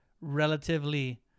relatively